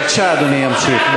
בבקשה, אדוני ימשיך.